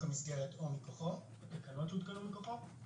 המסגרת או מכוחו, התקנות שהותקנו מכוחו.